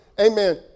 amen